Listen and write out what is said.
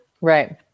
Right